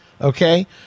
okay